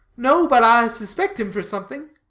no, but i suspect him for something.